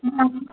हां